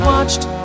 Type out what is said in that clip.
watched